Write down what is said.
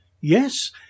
Yes